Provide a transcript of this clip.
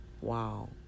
Wow